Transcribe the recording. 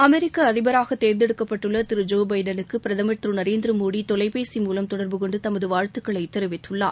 அமெிக்க அதிபராக தேர்ந்தெடுக்கப்பட்டுள்ள திரு ஜோ பைடனை பிரதம் திரு நரேந்திரமோடி தொலைபேசி மூலம் தொடர்பு கொண்டு தமது வாழ்த்துக்களை தெரிவித்தார்